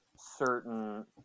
certain